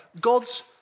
God's